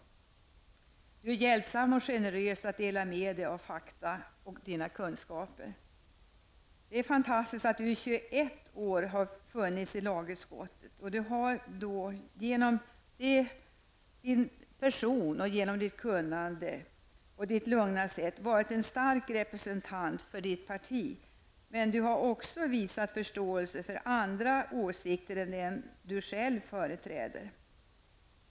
Du är hjälpsam och generös att dela med dig av fakta och kunskaper. Det är fantastiskt att du har funnits i lagutskottet i 21 år. Genom din person, ditt kunnande och ditt lugna sätt har du varit en stark representant för ditt parti. Men du har också visat förståelse för andra åsikter än dem du själv företrätt.